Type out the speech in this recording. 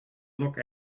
look